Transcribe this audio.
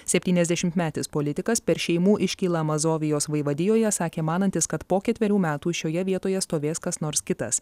septyniasdešimtmetis politikas per šeimų iškylą mazovijos vaivadijoje sakė manantis kad po ketverių metų šioje vietoje stovės kas nors kitas